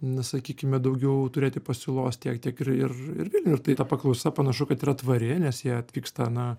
nu sakykime daugiau turėti pasiūlos tiek tiek ir ir vilniuj tai ta paklausa panašu kad yra tvari nes jie atvyksta na